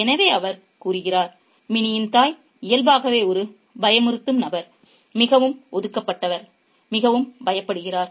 எனவே அவர் கூறுகிறார் "மினியின் தாய் இயல்பாகவே ஒரு பயமுறுத்தும் நபர் மிகவும் ஒதுக்கப்பட்டவர் மிகவும் பயப்படுகிறார்